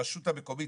הרשות המקומית,